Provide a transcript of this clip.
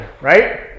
right